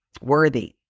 worthy